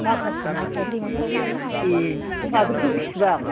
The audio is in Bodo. माखासे माखासे ए फुलफाख्रिखौ बेसेबां